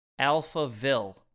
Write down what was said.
Alphaville